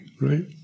right